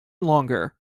longer